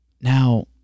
now